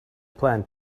plan